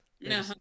no